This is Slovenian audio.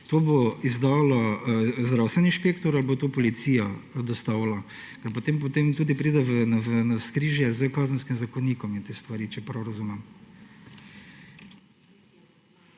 bo to izdal zdravstveni inšpektor ali bo to policija dostavila? Ker potem tudi pride v navzkrižje s Kazenskim zakonikom in te stvari. Če prav razumem.